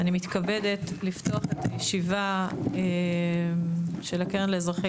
אני מתכבדת לפתוח את הישיבה של הקרן לאזרחי